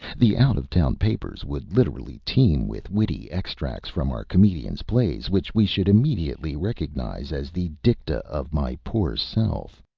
the out-of-town papers would literally teem with witty extracts from our comedian's plays, which we should immediately recognize as the dicta of my poor self.